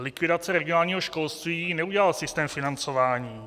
Likvidaci regionálního školství neudělal systém financování.